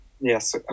Yes